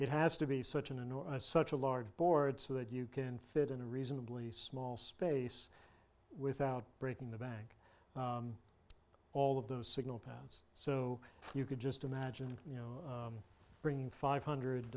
it has to be such an enormous such a large boards that you can fit in a reasonably small space without breaking the bank all of those signal paths so you could just imagine you know bringing five hundred